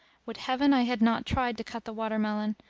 would heaven i had not tried to cut the watermelon.